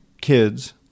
kids